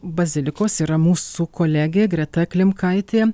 bazilikos yra mūsų kolegija greta klimkaitė